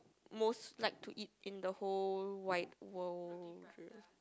most like to eat in the whole wide world